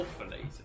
awfully